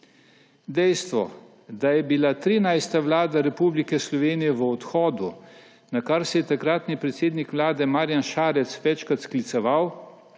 Dejstvo, da je bila 13. vlada Republike Slovenije v odhodu, na kar se je takratni predsednik vlade Marjan Šarec večkrat skliceval,